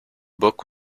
book